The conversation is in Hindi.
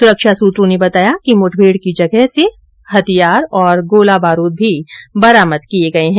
सुरक्षा सुत्रों ने बताया कि मुठभेड़ की जगह से हथियार और गोला बारूद भी बरामद किए गए हैं